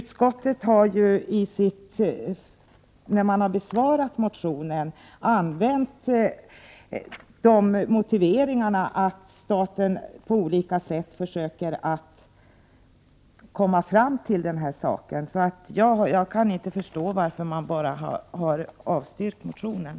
Vid behandlingen av motionen har utskottet kommit med motiveringen att staten på olika sätt försöker att göra något här. Därför kan jag inte förstå varför motionen har avstyrkts.